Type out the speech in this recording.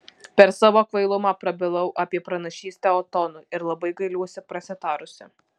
per savo kvailumą prabilau apie pranašystę otonui ir labai gailiuosi prasitarusi